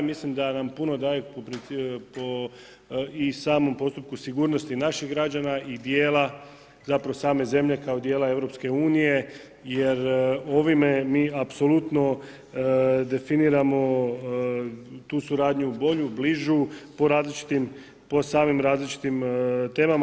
Mislim da nam puno daje po i samom postupku sigurnosti naših građana i dijela zapravo same zemlje kao dijela EU jer ovime mi apsolutno definiramo tu suradnju bolju, bližu, po različitim, po samim različitim temama.